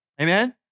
Amen